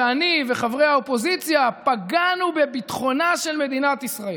ואני וחברי האופוזיציה פגענו בביטחונה של מדינת ישראל.